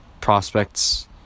prospects